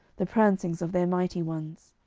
the pransings of their mighty ones.